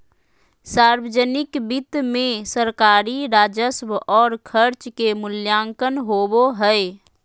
सावर्जनिक वित्त मे सरकारी राजस्व और खर्च के मूल्यांकन होवो हय